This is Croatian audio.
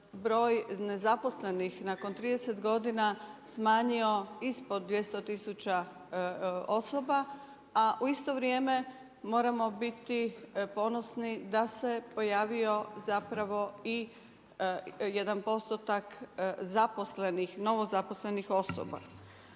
broj nezaposlenih nakon 30 godina smanjio ispod 200 tisuća osoba, a u isto vrijeme moramo biti ponosni da se pojavio i jedan postotak zaposlenih, novozaposlenih osoba.